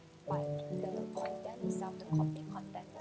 hong kong on